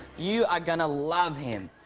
you are gonna love him.